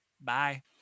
Bye